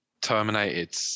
terminated